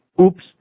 oops